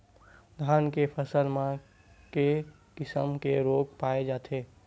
धान के फसल म के किसम के रोग पाय जाथे?